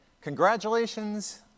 congratulations